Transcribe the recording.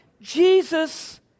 Jesus